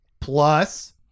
Plus